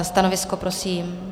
Stanovisko, prosím?